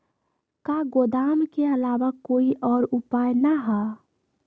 का गोदाम के आलावा कोई और उपाय न ह?